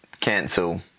cancel